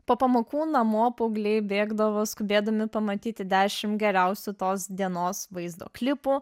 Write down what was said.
po pamokų namo paaugliai bėgdavo skubėdami pamatyti dešim geriausių tos dienos vaizdo klipų